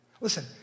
Listen